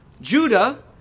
Judah